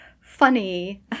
funny